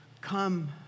come